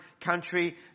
country